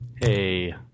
Hey